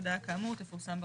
הודעה כאמור תפורסם ברשומות.